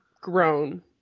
grown